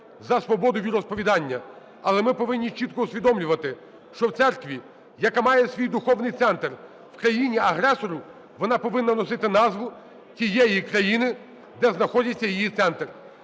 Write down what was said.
за свободу віросповідання, але ми повинні чітко усвідомлювати, що в церкві, яка має свій духовний центр в країні-агресорі, вона повинна носити назву тієї країни, де знаходиться її центр.